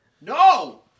No